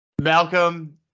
malcolm